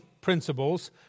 principles